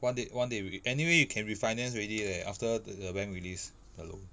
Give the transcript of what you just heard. one they one they re~ anyway you can refinance already leh after the bank release the loan